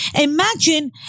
Imagine